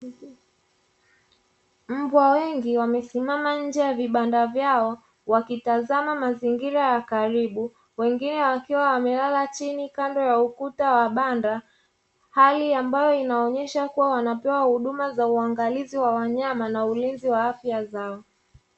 Mbwa wengi wamesimama nje ya vibanda vyao, wakitazama mazingira ya karibu, wengine wakiwa wamelala chini kando ya ukuta wa banda, hali ambayo inaonyesha kuwa wanapewa huduma za uangalizi wa wanyama na ulinzi wa afya zao.